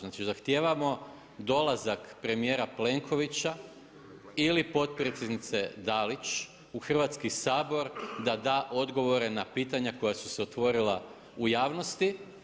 Znači zahtijevamo dolazak premijera Plenkovića ili potpredsjednice Dalić u Hrvatski sabor da da odgovore na pitanja koja su se otvorila u javnosti.